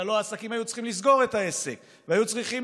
בגללו העסקים היו צריכים לסגור את העסק והיו צריכים